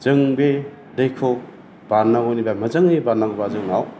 जों बे दैखौ बारनांगौबा मोजाङै बारनांगौबा जोंनाव